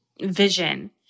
vision